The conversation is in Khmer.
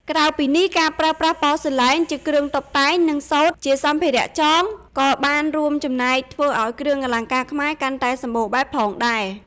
ក្រៅពីនេះ ការប្រើប្រាស់ប៉សឺឡែនជាគ្រឿងតុបតែង និងសូត្រជាសម្ភារៈចង ក៏បានរួមចំណែកធ្វើឱ្យគ្រឿងអលង្ការខ្មែរកាន់តែសម្បូរបែបផងដែរ។